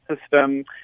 system